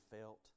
felt